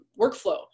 workflow